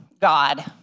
God